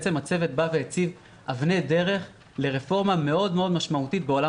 הצוות הציב אבני דרך לרפורמה מאוד משמעותית בעולם